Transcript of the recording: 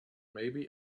maybe